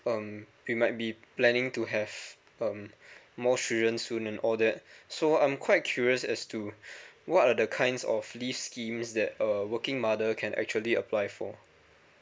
um we might be planning to have um more children soon and all that so I'm quite curious as to what are the kinds of leave schemes that a working mother can actually apply for